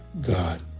God